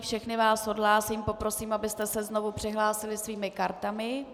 Všechny vás odhlásím, poprosím, abyste se znovu přihlásili svými kartami.